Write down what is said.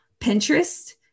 Pinterest